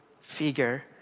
figure